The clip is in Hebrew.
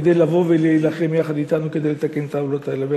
כדי לבוא ולהילחם יחד אתנו כדי לתקן את העוולות האלה.